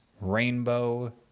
rainbow